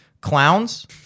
clowns